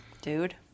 Dude